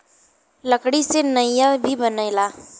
लकड़ी से नईया भी बनेला